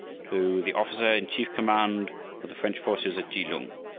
to the officer in chief command of the french forces at kelung